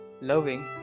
loving